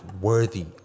worthy